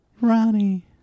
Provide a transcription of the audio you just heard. Ronnie